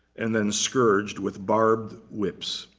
and then scourged with barbed whips.